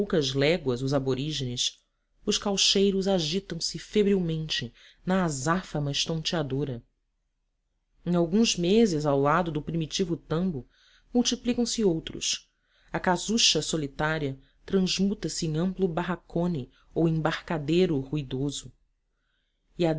léguas os aborígenes os caucheiros agitam se febrilmente na azáfama estonteadora em alguns meses ao lado do primitivo tambo multiplicam se outros a casucha solitária transmuda se em amplo barracón ou embarcadero ruídoso